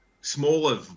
Smaller